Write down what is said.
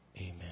Amen